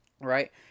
Right